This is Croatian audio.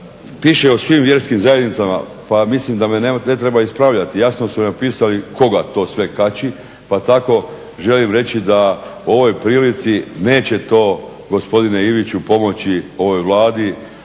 piše o svim vjerskim zajednicama pa mislim da me ne treba ispravljati, jasno su napisali koga to sve kači, pa tako želim reći u ovoj prilici neće to gospodine Iviću pomoći ovoj Vladi,